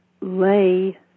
lay